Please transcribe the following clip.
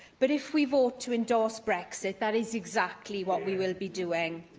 but if we vote to endorse brexit, that is exactly what we will be doing.